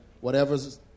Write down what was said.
whatever's